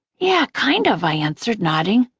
yeah, kind of, i answered, nodding.